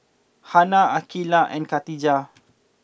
Hana Aqeelah and Katijah